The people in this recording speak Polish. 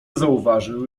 zauważył